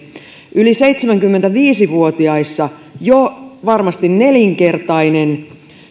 yli seitsemänkymmentäviisi vuotiaissa jo varmasti nelinkertainen